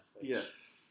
Yes